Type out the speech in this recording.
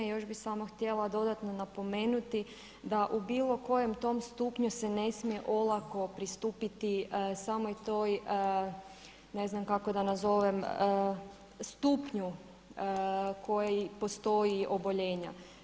Još bih samo htjela dodatno napomenuti da u bilo kojem tom stupnju se ne smije olako pristupiti samoj toj ne znam kako da nazovem stupnju koji postoji oboljenja.